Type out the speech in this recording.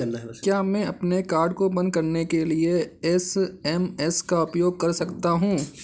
क्या मैं अपने कार्ड को बंद कराने के लिए एस.एम.एस का उपयोग कर सकता हूँ?